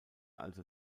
also